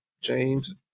James